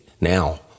now